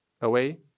away